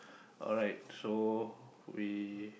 alright so we